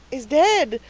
is dead.